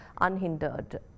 unhindered